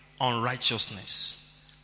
unrighteousness